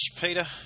Peter